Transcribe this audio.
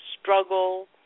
struggle